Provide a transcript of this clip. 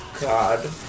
god